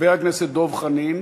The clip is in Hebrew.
חבר הכנסת דב חנין,